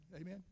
Amen